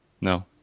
No